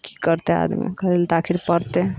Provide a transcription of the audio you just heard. की करतै आदमी करै लए तऽ आखिर पड़तै